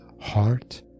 Heart